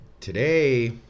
Today